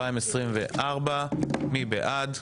2024 מי בעד?